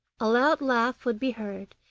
a loud laugh would be heard,